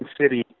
city